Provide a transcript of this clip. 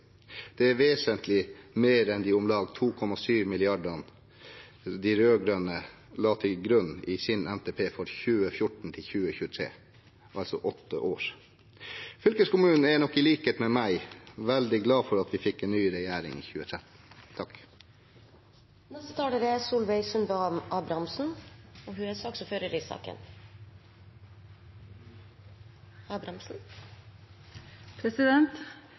Det er vesentlig mer enn de om lag 2,7 mrd. kr de rød-grønne la til grunn i sin NTP for 2014–2023, altså for åtte år. Fylkeskommunen er nok i likhet med meg veldig glad for at vi fikk en ny regjering i 2013. Som saksordførar vil eg takke for debatten. Her er det kome fram tydelege ideologiske skilje mellom posisjon og opposisjon, og saka er